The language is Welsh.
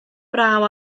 braw